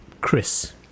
Chris